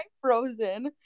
Frozen